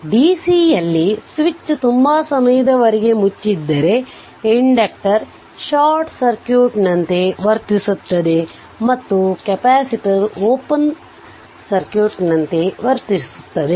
DC ಯಲ್ಲಿ switch ತುಂಬಾ ಸಮಯದ ವರೆಗೆ ಮುಚ್ಚಿದ್ದರೆ ಇಂಡಕ್ಟರ್ ಷಾರ್ಟ್ ಸರ್ಕ್ಯೂಟ್ ನಂತೆ ವರ್ತಿಸುತ್ತದೆ ಮತ್ತು ಕೆಪಾಸಿಟರ್ ಓಪೆನ್ ನಂತೆ ವರ್ತಿಸುತ್ತದೆ